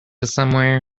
somewhere